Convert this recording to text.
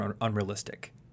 unrealistic